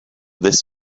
this